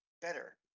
Better